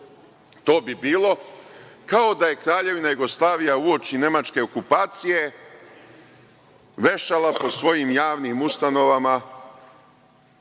to bi bilo kao da je Kraljevina Jugoslavija uoči nemačke okupacije vešala po svojim javnim ustanovama